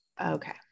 okay